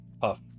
puff